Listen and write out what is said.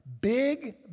big